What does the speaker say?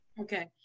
Okay